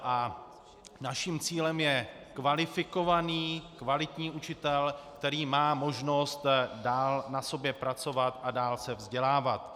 A naším cílem je kvalifikovaný, kvalitní učitel, který má možnost dál na sobě pracovat a dál se vzdělávat.